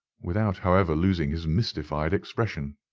without however losing his mystified expression.